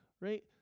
right